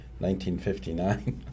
1959